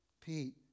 Pete